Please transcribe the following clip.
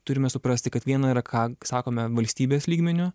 turime suprasti kad viena yra ką sakome valstybės lygmeniu